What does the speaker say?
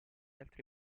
altri